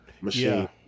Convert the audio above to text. machine